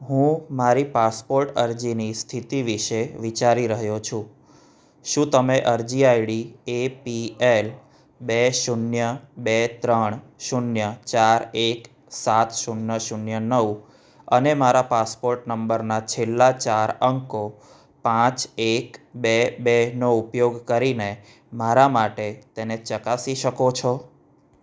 હું મારી પાસપોર્ટ અરજીની સ્થિતિ વિષે વિચારી રહ્યો છું શું તમે અરજી આઈડી એપીએલ બે શૂન્ય બે ત્રણ શૂન્ય ચાર એક સાત શૂન્ય શૂન્ય નવ અને મારા પાસપોર્ટ નંબરના છેલ્લા ચાર અંકો પાંચ એક બે બે નો ઉપયોગ કરીને મારા માટે તેને ચકાસી શકો છો